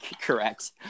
Correct